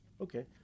Okay